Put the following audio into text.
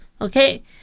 Okay